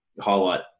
highlight